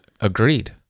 Agreed